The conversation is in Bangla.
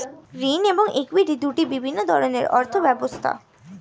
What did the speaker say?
ঋণ এবং ইক্যুইটি দুটি ভিন্ন ধরনের অর্থ ব্যবস্থা